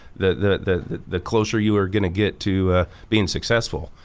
the the closer you are gonna get to being successful.